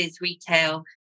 retail